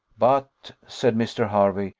but, said mr. hervey,